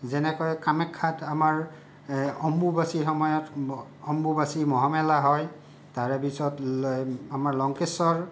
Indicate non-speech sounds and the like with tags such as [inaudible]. যেনেকৈ কামাখ্যাত আমাৰ অম্বুবাচীৰ সময়ত [unintelligible] অম্বুবাচী মহামেলা হয় তাৰে পিছত [unintelligible] আমাৰ লংকেশ্বৰ